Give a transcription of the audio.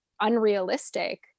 unrealistic